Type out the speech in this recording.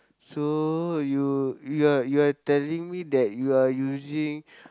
so you you are you are telling me that you are using